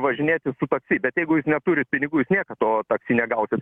važinėtis su taksi bet jeigu jūs neturit pinigų jūs niekad to taksi negausit